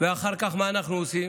ואחר כך מה אנחנו עושים?